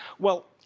well,